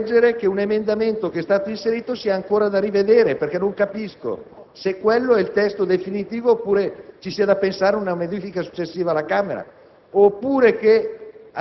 Così come mi disturba leggere che un emendamento, che è stato inserito, sia ancora da rivedere, perché non capisco se quello è definitivo oppure se devo immaginare una modifica successiva da parte